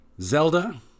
Zelda